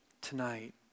tonight